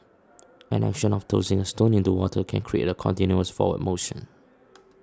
an action of tossing a stone into water can create a continuous forward motion